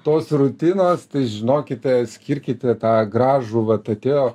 tos rutinos tai žinokite skirkite tą gražų vat atėjo